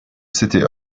city